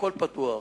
הכול פתוח,